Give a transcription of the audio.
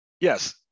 Yes